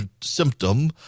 symptom